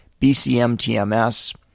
BCMTMS